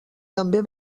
també